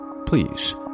Please